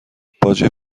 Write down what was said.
باجه